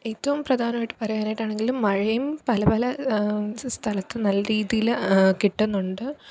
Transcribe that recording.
ഏറ്റവും പ്രധാനായിട്ട് പറയാനായിട്ടാണെങ്കിലും മഴയും പല പല സ്ഥലത്ത് നല്ല രീതിയില് കിട്ടുന്നുണ്ട്